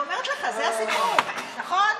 אני אומרת לך, זה הסיפור, נכון?